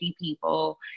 people